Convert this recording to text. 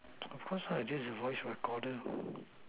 of course ah this is voice recorded